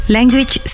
Language